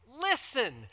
Listen